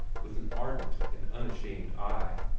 with an ardent and unashamed eye.